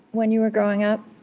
when you were growing up?